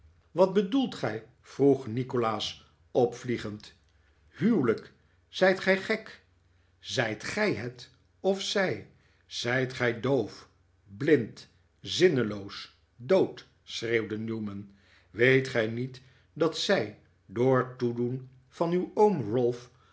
wat bedoelt gij vroeg nikolaas opvliegend huwelijk zijt gij gek zijt gij het of zij zijt gij doof blind zinneloos dood schreeuwde newman weet gij niet dat zij door toedoen van uw